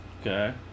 Okay